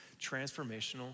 transformational